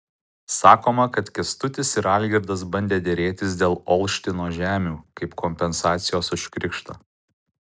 sakoma kad kęstutis ir algirdas bandę derėtis dėl olštino žemių kaip kompensacijos už krikštą